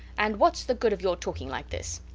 and whats the good of your talking like this?